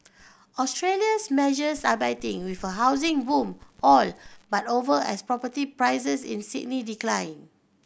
Australia's measures are biting with a housing boom all but over as property prices in Sydney decline